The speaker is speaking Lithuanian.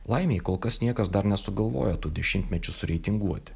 laimei kol kas niekas dar nesugalvojo tų dešimtmečių reitinguoti